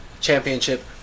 championship